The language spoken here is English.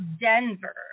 Denver